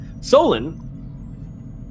Solon